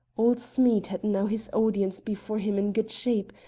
old smead had now his audience before him in good shape,